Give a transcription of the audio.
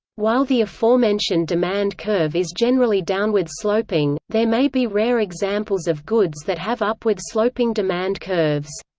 while the aforementioned demand curve is generally downward-sloping, there may be rare examples of goods that have upward-sloping demand curves.